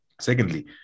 Secondly